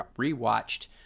rewatched